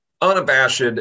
unabashed